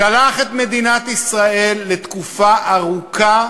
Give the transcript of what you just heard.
שלח את מדינת ישראל לתקופה ארוכה